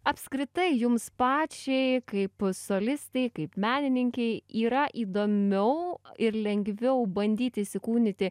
apskritai jums pačiai kaip solistei kaip menininkei yra įdomiau ir lengviau bandyti įsikūnyti